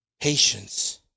Patience